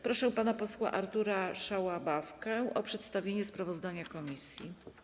Proszę pana posła Artura Szałabawkę o przedstawienie sprawozdania komisji.